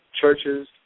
churches